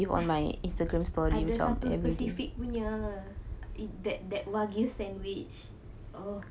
ada satu specific punya that that wagyu sandwich oh